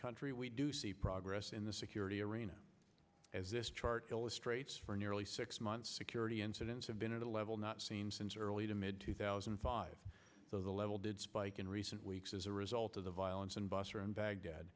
country we do see progress in the security arena as this chart illustrates for nearly six months security incidents have been at a level not seen since early to mid two thousand and five though the level did spike in recent weeks as a result of the violence in basra and baghdad